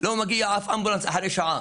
לא מגיע אף אמבולנס אחרי שעה.